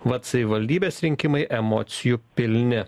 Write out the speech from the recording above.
vat savivaldybės rinkimai emocijų pilni